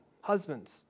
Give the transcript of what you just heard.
Husbands